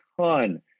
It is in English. ton